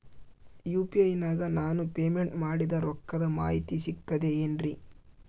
UPI ನಾಗ ನಾನು payment ಮಾಡಿದ ರೊಕ್ಕದ ಮಾಹಿತಿ ಸಿಕ್ತದೆ ಏನ್ರಿ?